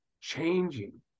changing